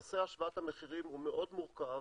נושא השוואת המחירים הוא מאוד מורכב,